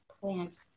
plant